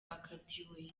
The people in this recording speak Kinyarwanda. bakatiwe